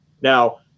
Now